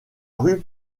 rue